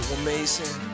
amazing